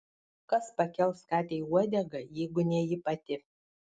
kas pakels katei uodegą jeigu ne ji pati